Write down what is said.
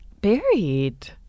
Buried